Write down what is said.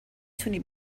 تونی